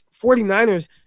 49ers